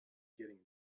getting